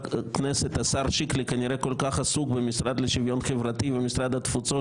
השר שיקלי כנראה כל כך עסוק במשרד לשוויון חברתי ובמשרד התפוצות,